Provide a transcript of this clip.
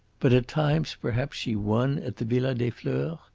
but at times perhaps she won at the villa des fleurs?